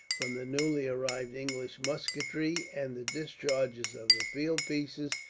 from the newly-arrived english musketry and the discharges of the field pieces,